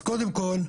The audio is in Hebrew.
אז, קודם כל,